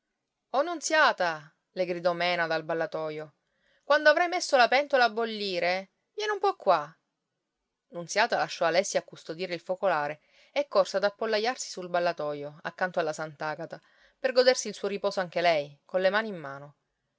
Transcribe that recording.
nunziata le gridò mena dal ballatoio quando avrai messo la pentola a bollire vieni un po qua nunziata lasciò alessi a custodire il focolare e corse ad appollaiarsi sul ballatoio accanto alla sant'agata per godersi il suo riposo anche lei colle mani in mano